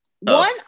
one